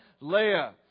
Leah